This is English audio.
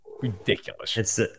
ridiculous